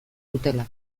dutela